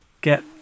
get